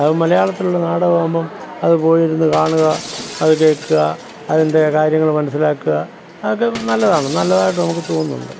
അത് മലയാളത്തിലുള്ള നാടകം ആകുമ്പം അത് പോയി ഇരുന്ന് കാണുക അത് കേൾക്കുക അതിൻ്റെ കാര്യങ്ങൾ മനസ്സിലാക്കുക അതൊക്കെ നല്ലതാണ് നല്ലതായിട്ട് നമുക്ക് തോന്നുന്നുണ്ട്